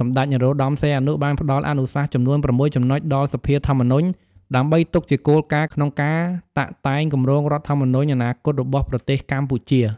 សម្តេច នរោត្តម សីហនុ បានផ្តល់អនុសាសន៍ចំនួន៦ចំណុចដល់សភាធម្មនុញ្ញ ដើម្បីទុកជាគោលការណ៍ក្នុងការតាក់តែងគម្រោងរដ្ឋធម្មនុញ្ញអនាគតរបស់ប្រទេសកម្ពុជា។